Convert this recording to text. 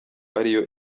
ariyo